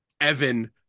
Evan